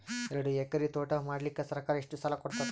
ಎರಡು ಎಕರಿ ತೋಟ ಮಾಡಲಿಕ್ಕ ಸರ್ಕಾರ ಎಷ್ಟ ಸಾಲ ಕೊಡತದ?